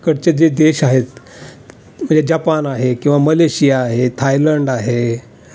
कडचे जे देश आहेत जापान आहे किंवा मलेशिया आहे थायलंड आहे